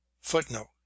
Footnote